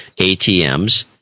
ATMs